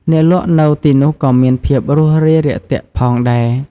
អ្នកលក់នៅទីនោះក៏មានភាពរួសរាយរាក់ទាក់ផងដែរ។